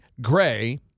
Gray